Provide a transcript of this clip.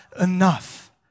enough